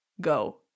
go